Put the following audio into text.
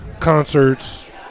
Concerts